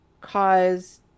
cause